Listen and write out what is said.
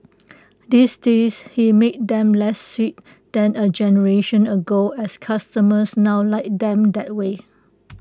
these days he makes them less sweet than A generation ago as customers now like them that way